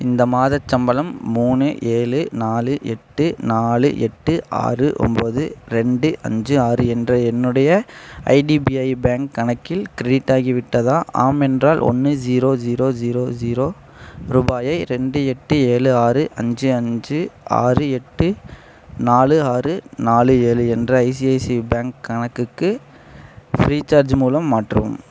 இந்த மாதச் சம்பளம் மூணு ஏழு நாலு எட்டு நாலு எட்டு ஆறு ஒம்பது ரெண்டு அஞ்சு ஆறு என்ற என்னுடைய ஐடிபிஐ பேங்க் கணக்கில் க்ரெடிட் ஆகிவிட்டதா ஆம் என்றால் ஒன்று ஜீரோ ஜீரோ ஜீரோ ஜீரோ ரூபாயை ரெண்டு எட்டு ஏழு ஆறு அஞ்சு அஞ்சு ஆறு எட்டு நாலு ஆறு நாலு ஏழு என்ற ஐசிஐசிஐ பேங்க் கணக்குக்கு ஃப்ரீ சார்ஜ் மூலம் மாற்றவும்